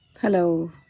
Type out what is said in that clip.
Hello